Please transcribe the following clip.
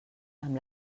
amb